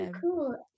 Cool